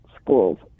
schools